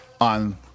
on